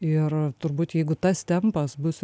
ir turbūt jeigu tas tempas bus